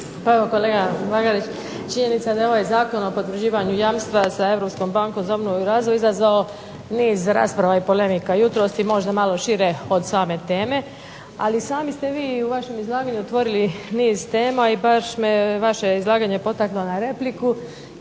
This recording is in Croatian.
Pa evo kolega Bagarić činjenica da je ova Zakon o potvrđivanju jamstava sa Europskom bankom za obnovu i razvoj izazvao niz rasprava i polemika, jutros i možda malo šire od same teme, ali sami ste vi i u vašem izlaganju niz tema i baš me vaše izlaganje potaknulo na repliku,